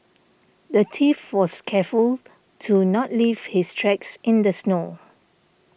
the thief was careful to not leave his tracks in the snow